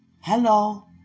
Hello